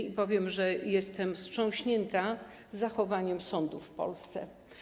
I powiem, że jestem wstrząśnięta zachowaniem sądów w Polsce.